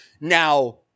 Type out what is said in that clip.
Now